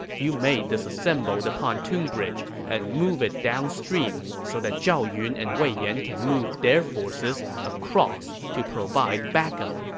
you may disassemble the pontoon bridge and move it downstream so that zhao yun and wei yan can move their forces across to provide backup.